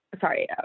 sorry